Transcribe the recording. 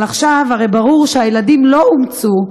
אבל עכשיו הרי ברור שהילדים לא אומצו,